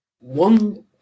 One